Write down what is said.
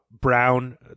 Brown